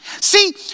See